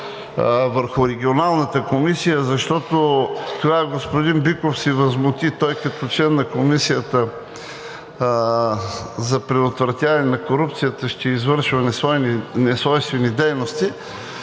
върху Регионалната комисия, защото тогава господин Биков се възмути, той като член на Комисията за предотвратяване на корупцията ще извършва несвойствени дейности,